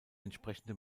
entsprechende